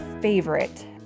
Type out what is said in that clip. favorite